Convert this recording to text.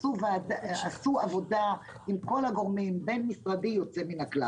עשו עבודה בין-משרדית עם כל הגורמים יוצאת מן הכלל